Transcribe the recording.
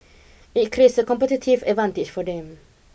it creates a competitive advantage for them